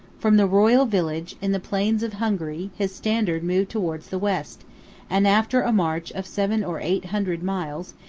from the royal village, in the plains of hungary his standard moved towards the west and after a march of seven or eight hundred miles,